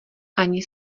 ani